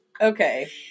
Okay